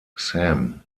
sam